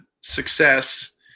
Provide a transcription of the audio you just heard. success